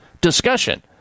discussion